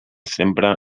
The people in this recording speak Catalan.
sempre